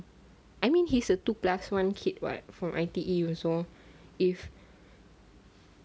I mean he's a two plus one kid what from I_T_E also if